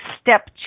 step